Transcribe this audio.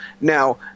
Now